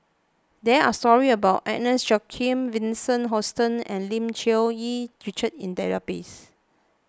there are stories about Agnes Joaquim Vincent Hoisington and Lim Cherng Yih Richard in the database